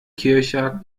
kircher